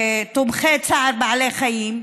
ותומכי צער בעלי חיים,